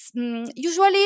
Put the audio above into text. Usually